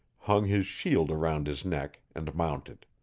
hung his shield around his neck, and mounted.